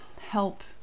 help